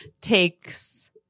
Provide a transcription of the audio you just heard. takes